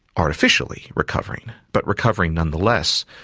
artificially recovering, but recovering nonetheless,